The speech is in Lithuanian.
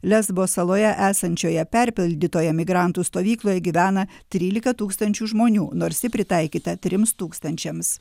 lesbo saloje esančioje perpildytoje migrantų stovykloje gyvena trylika tūkstančių žmonių nors ji pritaikyta trims tūkstančiams